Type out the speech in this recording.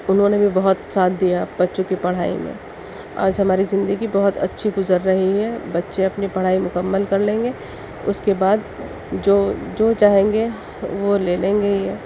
انہوں نے بھی بہت ساتھ دیا بچّوں کی پڑھائی میں آج ہماری زندگی بہت اچھی گزر رہی ہے بچّے اپنی پڑھائی مکمل کر لیں گے اس کے بعد جو جو چاہیں گے وہ لے لیں گے یہ